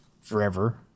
forever